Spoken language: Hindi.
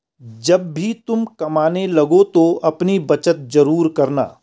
जब भी तुम कमाने लगो तो अपनी बचत जरूर करना